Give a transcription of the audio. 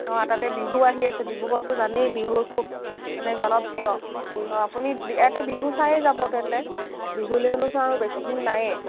অঁ তাতে বিহু আহি আছে ডিব্ৰুগড়তটো জানেই বিহুৰ খুব মানে জনপ্ৰিয় আপুনি ইয়াতে বিহু চায়েই যাব তেন্তে বিহুলৈনোচোন আৰু বেছিদিন নায়েই